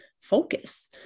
focus